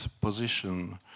position